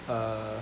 uh